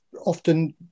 often